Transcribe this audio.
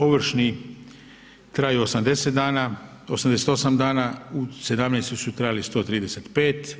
Ovršni traju 80 dana, 88 dana u '17. su trajali 135.